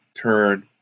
Turn